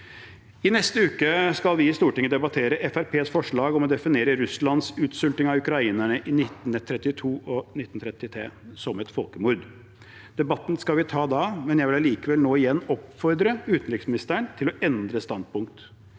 Neste uke skal vi i Stortinget debattere Fremskrittspartiets forslag om å definere Russlands utsulting av ukrainerne i 1932 og 1933 som et folkemord. Debatten skal vi ta da, men jeg vil allikevel nå igjen oppfordre utenriksministeren til å endre standpunkt.